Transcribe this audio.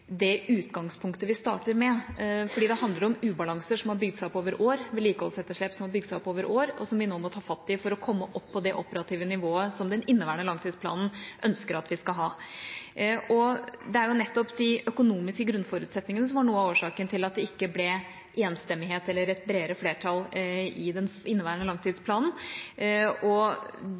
det utgangspunktet vi starter med, fordi det handler om ubalanser og vedlikeholdsetterslep som har bygd seg opp over år, og som vi nå må ta fatt i for å komme opp på det operative nivået som den inneværende langtidsplanen ønsker at vi skal ha. Det er jo nettopp de økonomiske grunnforutsetningene som var noe av årsaken til at det ikke ble enstemmighet eller et bredere flertall for den inneværende